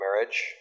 marriage